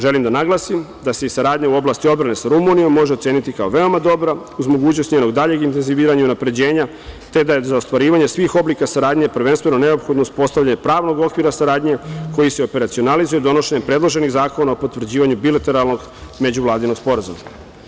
Želim da naglasim da se saradnja u oblasti odbrane sa Rumunijom može oceniti kao veoma dobra uz mogućnost njenog daljeg intenziviranja i unapređenja, te da je za ostvarivanje svih oblika saradnje prvenstveno neophodno uspostavljanje pravnog okvira saradnje koji se operacionalizuje donošenjem predloženih zakona o potvrđivanju bilateralnog međuvladinog sporazuma.